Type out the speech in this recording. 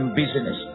business